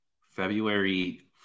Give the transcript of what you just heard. February